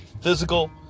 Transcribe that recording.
physical